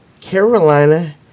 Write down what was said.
Carolina